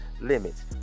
limits